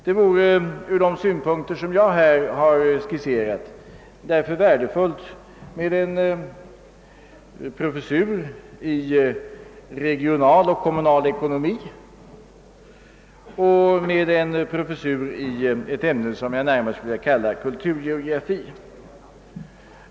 Det vore ur de synpunkter som jag här har skisserat därför värdefullt med en professur i regional och kommunal ekonomi och med en professur i ett ämne som jag närmast skulle vilja kalla kulturgeografi.